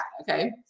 Okay